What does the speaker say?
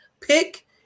pick